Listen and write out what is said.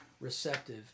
receptive